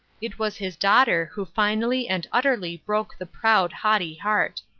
it was his daughter who finally and utterly broke the proud, haughty heart.